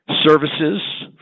services